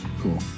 Cool